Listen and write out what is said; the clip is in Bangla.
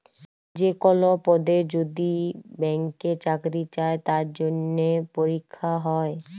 যে কল পদে যদি ব্যাংকে চাকরি চাই তার জনহে পরীক্ষা হ্যয়